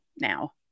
now